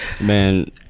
Man